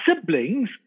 siblings